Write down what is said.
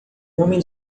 homem